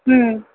হুম